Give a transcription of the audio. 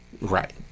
Right